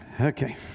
Okay